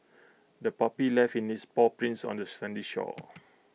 the puppy left in its paw prints on the sandy shore